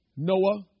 Noah